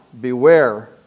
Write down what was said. Beware